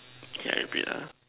okay I repeat ah